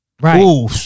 Right